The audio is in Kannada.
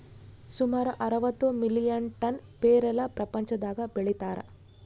ಸುಮಾರು ಅರವತ್ತು ಮಿಲಿಯನ್ ಟನ್ ಪೇರಲ ಪ್ರಪಂಚದಾಗ ಬೆಳೀತಾರ